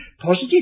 Positive